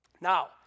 Now